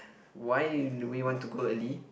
why we want to go early